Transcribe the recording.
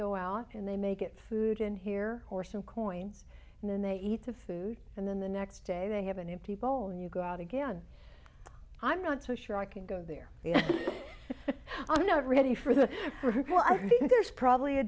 go out and they may get food in here or some coins and then they eat the food and then the next day they have an empty bowl and you go out again i'm not so sure i can go there i'm not ready for the there's probably a